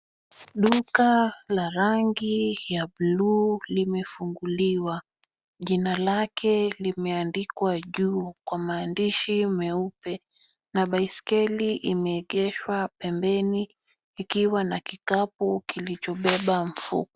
Duka la rangi ya bluu limefunguliwa, jina lake limeandikwa juu kwa maandishi meupe na baiskeli imeegeshwa pembeni ikiwa na kikapu kilichobeba mfuko.